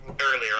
earlier